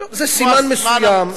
טוב, זה סימן מסוים,